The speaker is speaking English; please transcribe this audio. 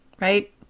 right